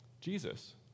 Jesus